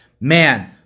Man